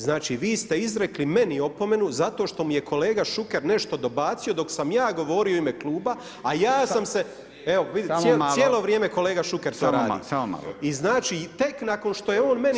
Znači, vi ste izrekli meni opomenu zato što mi je kolega Šuker nešto dobacio dok sam ja govorio u ime Kluba, a ja sam se, evo vidite, cijelo vrijeme kolega Šuker to radi [[Upadica Radin: Samo malo, samo malo.]] I znači, tek nakon što je on meni…